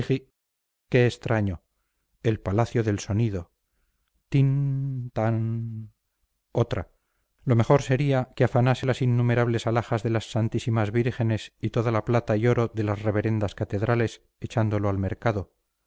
qué extraño el palacio del sonido tin tan otra lo mejor sería que afanase las innumerables alhajas de las santísimas vírgenes y toda la plata y oro de las reverendas catedrales echándolo al mercado